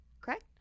Correct